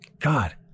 God